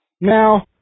Now